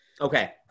Okay